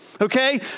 Okay